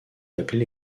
appelés